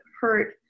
hurt